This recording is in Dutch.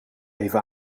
even